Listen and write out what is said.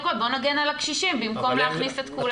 בוא נגן על הקשישים במקום להכניס את כולם.